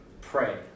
pray